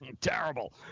Terrible